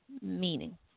meaning